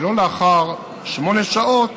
ולא לאחר שמונה שעות